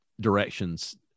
directions